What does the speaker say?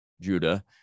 Judah